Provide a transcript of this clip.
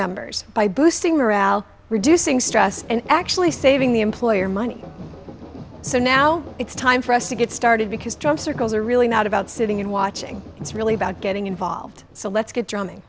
members by boosting morale reducing stress and actually saving the employer money so now it's time for us to get started because drum circles are really not about sitting and watching it's really about getting involved so let's get dr